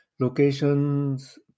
locations